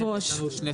יש לנו עוד שתי סוגיות.